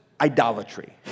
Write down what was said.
idolatry